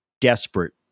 desperate